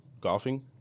golfing